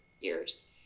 years